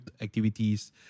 activities